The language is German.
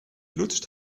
lutscht